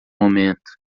momento